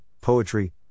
poetry